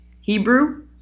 Hebrew